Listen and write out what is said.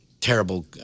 terrible